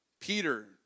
Peter